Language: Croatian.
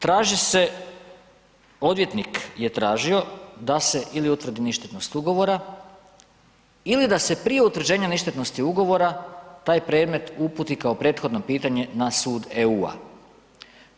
Traži se, odvjetnik je tražio da se ili utvrdi ništetnost ugovora ili da se prije utvrđenja ništetnosti ugovora taj predmet uputi kao prethodno pitanje na sud EU-a.